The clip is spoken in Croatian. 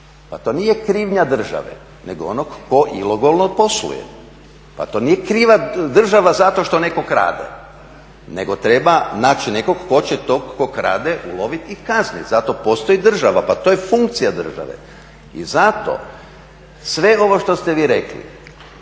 pa to nije krivnja države, nego onog tko ilegalno posluje. Pa to nije kriva država zato što netko krade, nego treba naći nekog tko će toga tko krade uloviti u kazniti, zato postoji država. Pa to je funkcija države i zato sve ovo što ste vi rekli